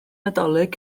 nadolig